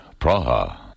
Praha